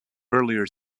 earlier